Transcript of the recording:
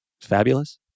Fabulous